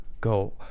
go